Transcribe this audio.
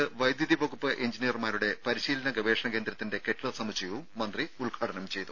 മൂലമറ്റത്ത് വൈദ്യുതി വകുപ്പ് എഞ്ചിനീയർമാരുടെ പരിശീന ഗവേഷണ കേന്ദ്രത്തിന്റെ കെട്ടിട സമുച്ചയവും മന്ത്രി ഉദ്ഘാടനം ചെയ്തു